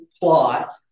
plot